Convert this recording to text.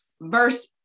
Verse